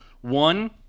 One